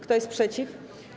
Kto jest przeciw?